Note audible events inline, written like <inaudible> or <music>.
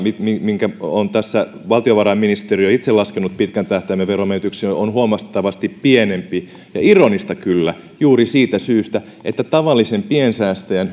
minkä on tässä valtiovarainministeriö itse laskenut pitkän tähtäimen veronmenetyksiä on huomattavasti pienempi ja ironista kyllä juuri siitä syystä että tavallisen piensäästäjän <unintelligible>